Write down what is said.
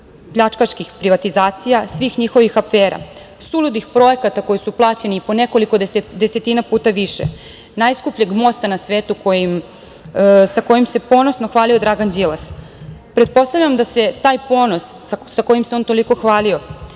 pljačkaških privatizacija, svih njihovih afera, suludih projekata koji su plaćeni i po nekoliko desetina puta više, najskupljeg mosta na svetu sa kojim se ponosno hvali Dragan Đilas. Pretpostavljam da je taj ponos sa kojim se on toliko hvalio